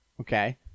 Okay